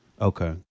Okay